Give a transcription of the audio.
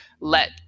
let